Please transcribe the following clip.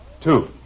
two